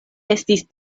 estis